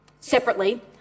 Separately